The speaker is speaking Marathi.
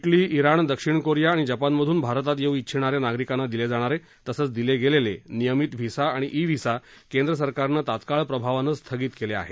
तेली ज्ञेण दक्षिण कोरिया आणि जपान मधून भारतात येऊ ष्टिछणाऱ्या नागरिकांना दिले जाणारे तसंच दिले गेलेले नियमित व्हिसा आणि ई व्हिसा केंद्र सरकारनं तात्काळ प्रभावानं स्थगित केले आहेत